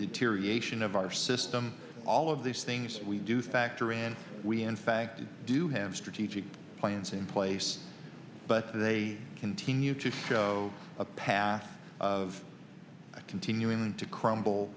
deterioration of our system all of these things we do factor in we in fact do have strategic plans in place but they continue to show a path of continuing to crumble